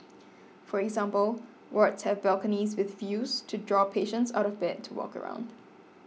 for example wards have balconies with views to draw patients out of bed to walk around